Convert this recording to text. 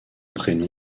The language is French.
prénom